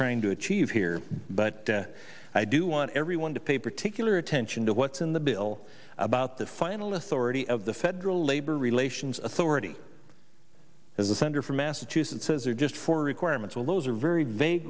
trying to achieve here but i do want everyone to pay particular attention to what's in the bill about the final authority of the federal labor relations authority as the senator from massachusetts says or just for requirements well those are very vague